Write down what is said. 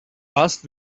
last